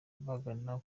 bagana